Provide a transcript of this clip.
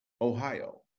ohio